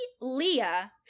Leah